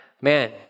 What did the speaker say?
man